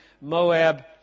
Moab